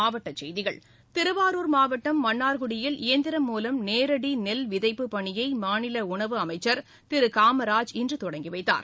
மாவட்டச் செய்திகள் திருவாரூர் மாவட்டம் மன்னார்குடியில் இயந்திரம் மூலம் நேரடி நெல் விதைப்புப் பணியை மாநில உணவு அமைச்சர் திரு காமராஜ் இன்று தொடங்கி வைத்தார்